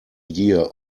year